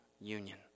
union